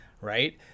Right